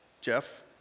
Jeff